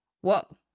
whoa